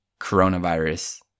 coronavirus